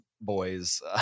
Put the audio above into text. boys